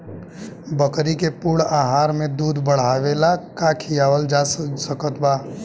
बकरी के पूर्ण आहार में दूध बढ़ावेला का खिआवल जा सकत बा?